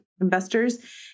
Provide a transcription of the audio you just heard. investors